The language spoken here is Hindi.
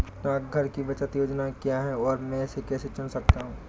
डाकघर की बचत योजनाएँ क्या हैं और मैं इसे कैसे चुन सकता हूँ?